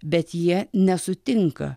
bet jie nesutinka